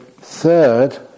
third